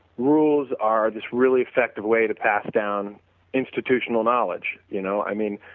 rules are this really effective way to pass down institutional knowledge, you know. i mean,